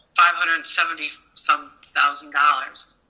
five hundred and seventy some thousand dollars?